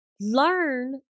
learn